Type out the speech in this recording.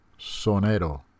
sonero